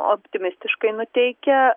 optimistiškai nuteikia